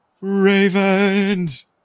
Ravens